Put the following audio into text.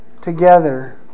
together